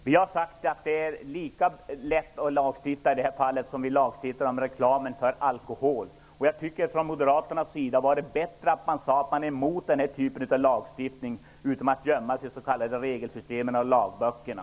Herr talman! Vi har sagt att det är lika lätt att lagstifta i det här fallet som det var att lagstifta om reklam för alkohol. Jag tycker att det vore bättre om moderaterna hade sagt att man är emot den här typen av lagstiftning än att gömma sig bakom regelsystemen och lagböckerna.